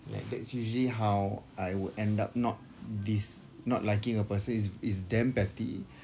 like that's usually how I would end up not dis~ not liking a person is is damn petty